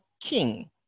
king